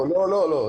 לא לא,